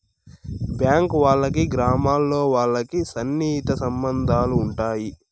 bank వాళ్ళకి గ్రామాల్లో వాళ్ళకి సన్నిహిత సంబంధాలు ఉంటాయి